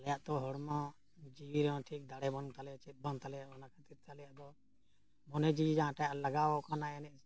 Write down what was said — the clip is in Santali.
ᱟᱞᱮᱭᱟᱜ ᱛᱚ ᱦᱚᱲᱢᱚ ᱡᱤᱣᱤ ᱨᱮᱦᱚᱸ ᱴᱷᱤᱠ ᱫᱟᱲᱮ ᱵᱟᱝ ᱛᱟᱞᱮᱭᱟ ᱪᱮᱫ ᱵᱟᱝ ᱛᱟᱞᱮᱭᱟ ᱚᱱᱟ ᱠᱷᱟᱹᱛᱤᱨ ᱛᱮ ᱟᱞᱮᱭᱟᱜ ᱫᱚ ᱢᱚᱱᱮ ᱡᱤᱣᱤ ᱡᱟᱦᱟᱸᱴᱟᱜ ᱞᱟᱜᱟᱣ ᱟᱠᱟᱱᱟ ᱮᱱᱮᱡ